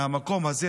מהמקום הזה,